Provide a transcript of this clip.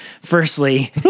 firstly